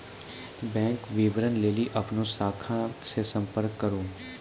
bank विबरण लेली अपनो शाखा से संपर्क करो